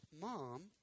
mom